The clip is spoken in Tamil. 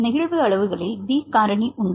நெகிழ்வு அளவுகளில் பி காரணி உண்டு